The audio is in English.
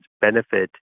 benefit